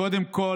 קודם כול,